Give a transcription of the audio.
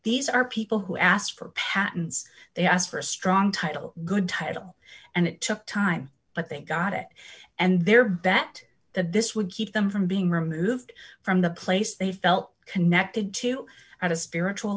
these are people who asked for patents they asked for a strong title good title and it took time but they got it and they're bet that this would keep them from being removed from the place they felt connected to at a spiritual